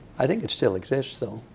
i think it still exists, though.